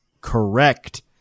correct